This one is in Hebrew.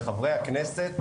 לחברי הכנסת: